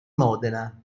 modena